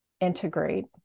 integrate